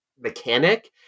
mechanic